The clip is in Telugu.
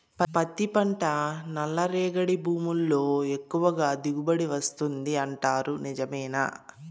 పత్తి పంట నల్లరేగడి భూముల్లో ఎక్కువగా దిగుబడి వస్తుంది అంటారు నిజమేనా